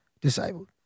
disabled